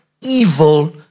evil